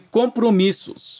compromissos